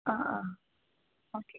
ആ ആ ഓക്കെ